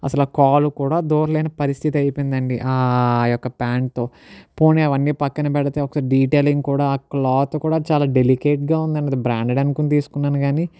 అసలు ఆ కాలు కూడా దూరలేని పరిస్థితి అయిపోయిందండి ఆ యొక్క పాయింట్తో పోనీ అవన్నీ పక్కన పెడితే ఒకసారి డీటెయిలింగ్ కూడా ఆ క్లాత్ కూడా చాలా డెలికేట్గా ఉందండి అది బ్రాండెడ్ అనుకొని తీసుకున్నాను కానీ